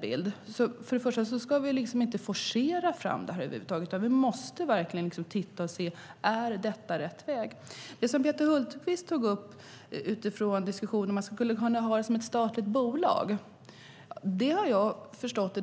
Vi ska därför inte forcera fram det, utan vi måste verkligen se vad som är rätt väg att gå. Peter Hultqvist tog upp om man skulle kunna ha det som ett statligt bolag. Av diskussionerna har jag förstått